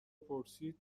پرسید